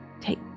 Take